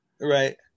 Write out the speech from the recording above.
right